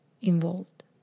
involved